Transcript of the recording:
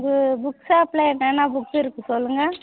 உங்கள் புக் ஷாப்பில் என்னென்ன புக்கு இருக்கு சொல்லுங்கள்